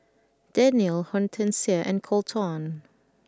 Daniella Hortencia and Colton